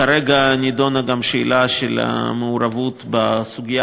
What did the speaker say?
כרגע נדונה גם השאלה של המעורבות בסוגיה